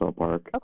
okay